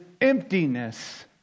emptiness